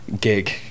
Gig